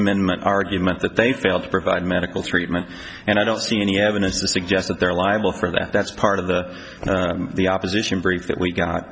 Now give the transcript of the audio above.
amendment argument that they failed to provide medical treatment and i don't see any evidence to suggest that they're liable for that that's part of the the opposition brief that we got